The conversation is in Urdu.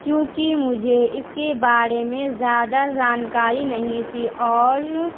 کیونکہ مجھے اس کے بارے میں زیادہ جانکاری نہیں تھی اور